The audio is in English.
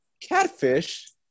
Catfish